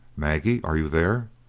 maggie, are you there?